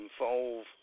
involve